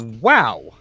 Wow